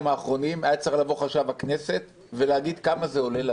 האחרונים היה צריך לבוא חשב הכנסת ולהגיד כמה זה עולה לנו.